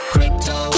Crypto